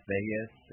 Vegas